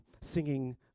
singing